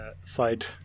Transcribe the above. side